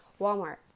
Walmart